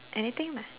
anything lah